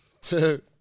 two